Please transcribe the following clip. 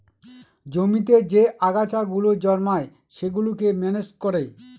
জমিতে যে আগাছা গুলো জন্মায় সেগুলোকে ম্যানেজ করে